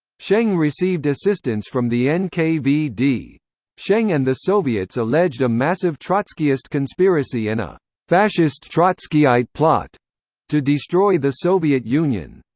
sheng received assistance from the nkvd. sheng and the soviets alleged a massive trotskyist conspiracy and a fascist trotskyite plot to destroy the soviet union.